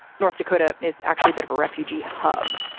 north dakota is actually a bit of a refugee hub,